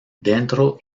dentro